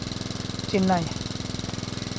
Chennai